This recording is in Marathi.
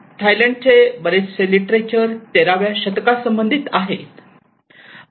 थायलंडचे बरेचसे लिटरेचर 13 व्या शतका संबंधित आहे